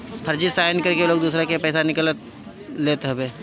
फर्जी साइन करके लोग दूसरा के पईसा निकाल लेत हवे